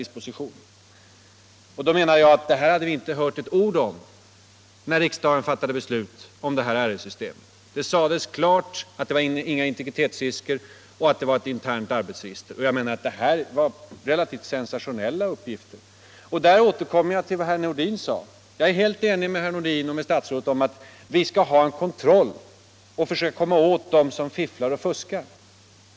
Detta hade vi inte hört ett ord om när riksdagen fattade beslut om RS-systemet. Det sades klart att det inte fanns några integritetsrisker och att det var ett internt arbetsregister. Det här är ju relativt sensationella uppgifter, som förändrar hela bedömningen av systemet. Jag vill där återkomma till vad herr Nordin sade. Jag är helt ense med herr Nordin och med statsrådet om att vi skall ha en kontroll och försöka komma åt dem som fifflar och fuskar.